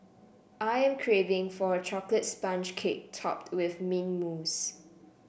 I am craving for a chocolate sponge cake topped with mint mousse